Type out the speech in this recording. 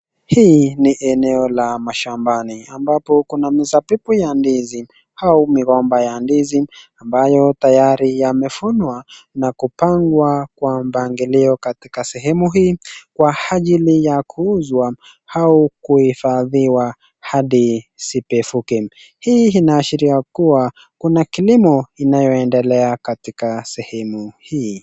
Hii ni eneo la mashambani ambapo kuna misambimbu ya ndizi au migomba ya ndizi, ambayo tayari yamevunwa na kupangwa kwa mpangilio katika sehemu hii kwa ajili ya kuuzwa au kuhifadhiwa hadi zipevuke. Hii inashilia kuwa kuna kilimo inayoendelea katika sehemu hii.